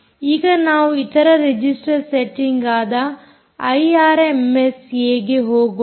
ಈಗ ನಾವು ಇತರ ರಿಜಿಸ್ಟರ್ ಸೆಟ್ಟಿಂಗ್ ಆದ ಐಆರ್ಎಮ್ಎಸ್ ಏಗೆ ಹೋಗೋಣ